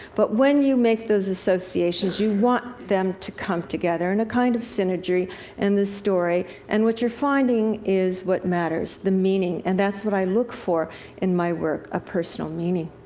but when you make those associations, you want them to come together in a kind of synergy in and the story, and what you're finding is what matters. the meaning. and that's what i look for in my work, a personal meaning.